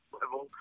level